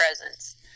presence